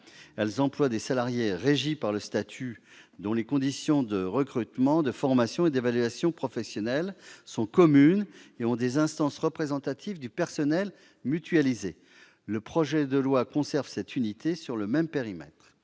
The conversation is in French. elles emploient des salariés régis par le statut, dont les conditions de recrutement, de formation et d'évaluation professionnelles sont communes, et qui ont des instances représentatives du personnel qui mutualisées. Le projet de loi conserve cette unité sur le même périmètre